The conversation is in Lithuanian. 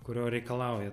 kurio reikalauja